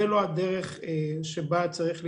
זו לא הדרך בה צריך להתנהל.